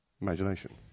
Imagination